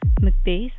Macbeth